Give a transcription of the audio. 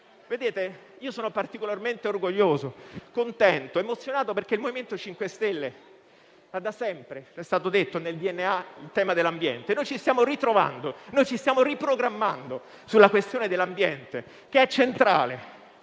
plastica. Io sono particolarmente orgoglioso, contento ed emozionato perché il MoVimento 5 Stelle ha da sempre nel DNA - com'è stato detto - il tema dell'ambiente. Noi ci stiamo ritrovando, ci stiamo riprogrammando sulla questione dell'ambiente, che è centrale